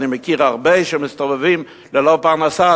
אני מכיר הרבה שמסתובבים ללא פרנסה,